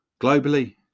globally